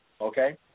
okay